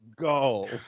go